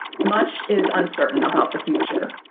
much is uncertain about the future.